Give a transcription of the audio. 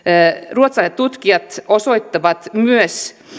ruotsalaiset tutkijat osoittavat myös